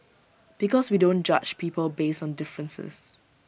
because we don't judge people based on differences